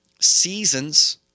seasons